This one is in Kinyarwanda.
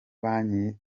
banki